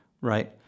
right